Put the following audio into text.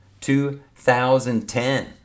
2010